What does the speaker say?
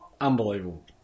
unbelievable